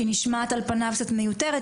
שהיא נשמעת על פניו קצת מיותרת,